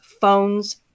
phones